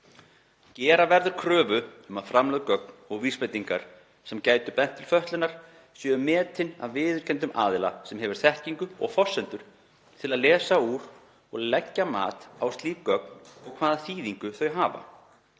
Gera verður kröfu um að framlögð gögn og vísbendingar sem gætu bent til fötlunar séu metin af viðurkenndum aðila sem hefur þekkingu og forsendur til að lesa úr og leggja mat á slík gögn og hvaða þýðingu þau hafa.